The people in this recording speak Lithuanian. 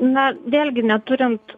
na vėlgi neturint